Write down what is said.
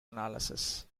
analysis